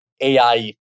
AI